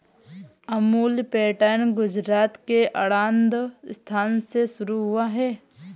Amul pattern Gujarat के आणंद स्थान से शुरू हुआ है